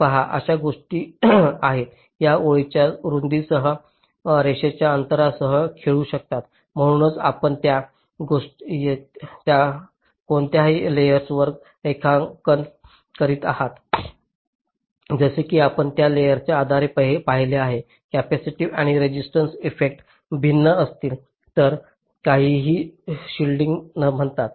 पहा अशा काही गोष्टी आहेत ज्या ओळीच्या रुंदीसह रेषेच्या अंतरासह खेळू शकतात म्हणूनच आपण त्या कोणत्या लेयर्सावर रेखांकन करीत आहात जसे की आपण त्या लेयरच्या आधारे पाहिले आहे कॅपेसिटिव्ह आणि रेझिस्टिव्ह इफेक्ट भिन्न असतील आणि काहीतरी शिल्डिंग म्हणतात